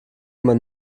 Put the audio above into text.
man